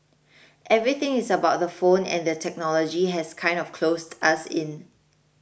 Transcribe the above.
everything is about the phone and the technology has kind of closed us in